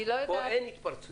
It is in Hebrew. אבל פה אין התפרצויות.